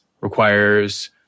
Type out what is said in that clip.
requires